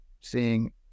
seeing